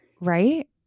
Right